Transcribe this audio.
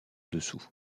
dessous